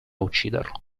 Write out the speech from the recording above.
ucciderlo